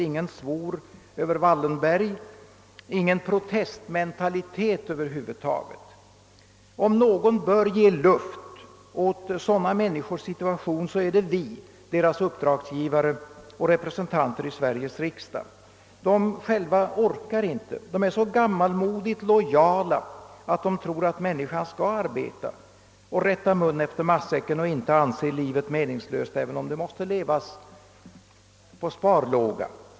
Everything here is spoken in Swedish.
Ingen svor över Wallenberg, ingen protestmentalitet över huvud taget. Om någon bör ge luft åt sådana människors situation, så är det vi, deras uppdragsgivare och representanter i Sveriges riksdag. De själva orkar inte. De är så gammalmodigt lojala, att de tror att människan skall arbeta och rätta munnen efter matsäcken och inte anse livet meningslöst, även om det måste levas på sparlåga.